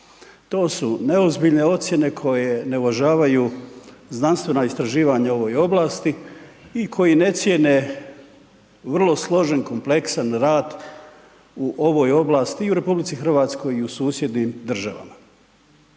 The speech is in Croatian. To su neozbiljne ocjene koje ne uvažavaju znanstvena istraživanja u ovoj oblasti i koji ne cijene vrlo složen, kompleksan rad u ovoj oblasti i u Republici Hrvatskoj i u susjednim državama.